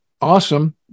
awesome